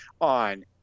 on